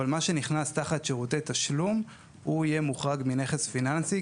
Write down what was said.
מה שנכנס תחת שירותי תשלום יהיה מוחרג מנכס פיננסי,